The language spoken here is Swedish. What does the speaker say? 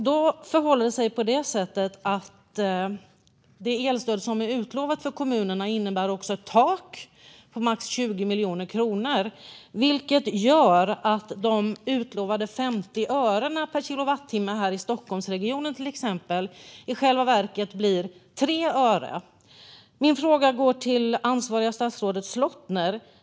Det förhåller sig så att det elstöd som är utlovat för kommunerna också innebär ett tak på max 20 miljoner kronor, vilket gör att utlovade 50 öre per kilowattimme i exempelvis Stockholmsregionen i själva verket blir 3 öre. Min fråga går till ansvariga statsrådet Slottner.